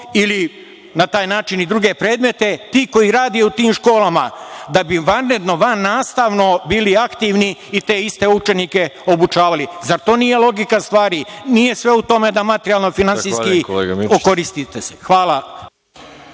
ili na taj način i druge predmete, ti koji rade u tim školama, da bi vanredno, vannastavno bili aktivni i te iste učenike obučavali. Zar to nije logika stvari? Nije sve u tome da materijalno i finansijski okoristite se. Hvala,